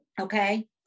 Okay